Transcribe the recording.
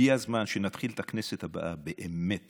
הגיע הזמן שנתחיל את הכנסת הבאה באמת